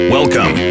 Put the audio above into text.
Welcome